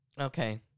Okay